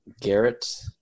Garrett